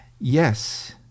yes